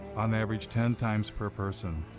on average, ten times per person,